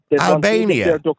Albania